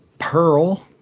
Pearl